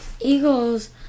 Eagles